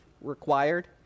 required